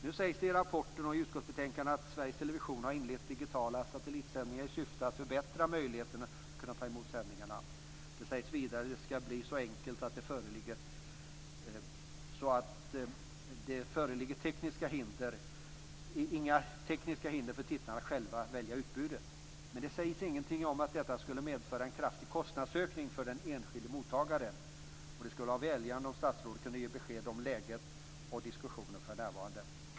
Nu sägs det i rapporten och i utskottsbetänkandet att Sveriges television har inlett digitala satellitsändningar i syfte att förbättra möjligheterna att ta emot sändningarna. Det sägs vidare att det skall bli så enkelt att det inte föreligger några tekniska hinder för tittarna att själva välja utbud. Men det sägs ingenting om att detta skulle medföra en kraftig kostnadsökning för den enskilde mottagaren. Det skulle vara välgörande om statsrådet kunde ge besked om läget och hur diskussionen förs för närvarande.